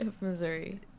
Missouri